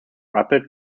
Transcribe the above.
rapid